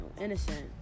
innocent